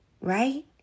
right